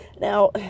Now